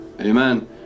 Amen